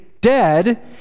dead